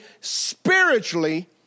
spiritually